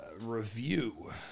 review